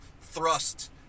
thrust